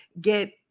get